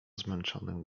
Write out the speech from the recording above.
zmęczonym